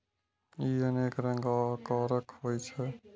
ई अनेक रंग आ आकारक होइ छै